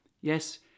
Yes